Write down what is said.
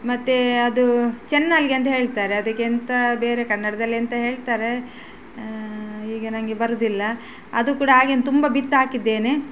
ಮತ್ತು ಅದು ಚನ್ನಲ್ಗಿ ಅಂತ ಹೇಳ್ತಾರೆ ಅದಕ್ಕೆಂತ ಬೇರೆ ಕನ್ನಡ್ದಲ್ಲಿ ಎಂತ ಹೇಳ್ತಾರೆ ಈಗ ನನಗೆ ಬರುವುದಿಲ್ಲ ಅದು ಕೂಡ ಆಗೇನು ತುಂಬ ಬಿತ್ತು ಹಾಕಿದ್ದೇನೆ